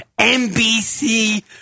NBC